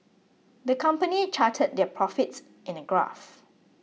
the company charted their profits in a graph